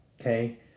okay